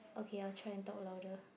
okay I will try and talk louder